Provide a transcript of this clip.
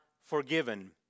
forgiven